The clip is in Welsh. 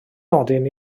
nodyn